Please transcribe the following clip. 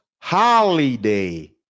holiday